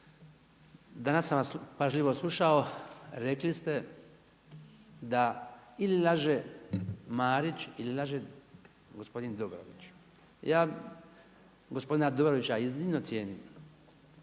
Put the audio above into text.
Danas sam vas pažljivo slušao i rekli ste da ili laže Marić ili laže gospodin Dobrović. Ja gospodina Dobrovića iznimno cijenim